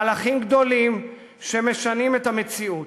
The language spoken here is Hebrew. מהלכים גדולים שמשנים את המציאות.